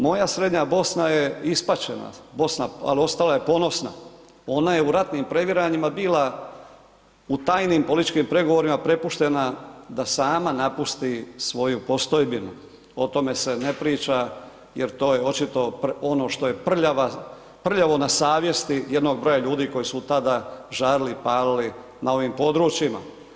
Moja Srednja Bosna je ispaćena, Bosna, al ostala je ponosna, ona je u ratnim previranjima bila u tajnim političkim pregovorima prepuštena da sama napusti svoju postojbinu, o tome se ne priča jer to je očito ono što je prljavo na savjesti jednog broja ljudi koji su tada žarili i palili na ovim područjima.